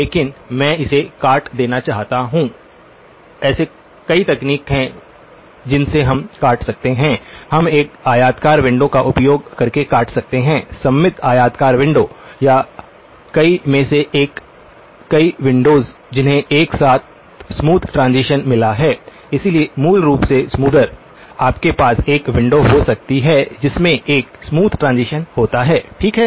लेकिन मैं इसे काट देना चाहता हूं ऐसे कई तरीके हैं जिनसे हम काट सकते हैं हम एक आयताकार विंडो का उपयोग करके काट सकते हैं सममित आयताकार विंडो या कई में से एक कई विंडोज जिन्हें एक स्मूथ ट्रांजीशन मिला है इसलिए मूल रूप से स्मूथर आपके पास एक विंडो हो सकती है जिसमें एक स्मूथ ट्रांजीशन होता है ठीक है